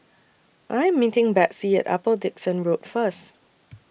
I Am meeting Betsey At Upper Dickson Road First